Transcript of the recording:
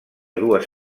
dues